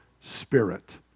spirit